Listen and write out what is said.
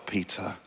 Peter